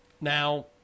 Now